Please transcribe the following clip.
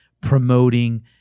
promoting